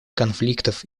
конфликтов